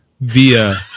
via